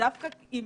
דווקא עם